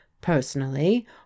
Personally